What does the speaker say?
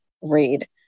read